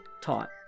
taught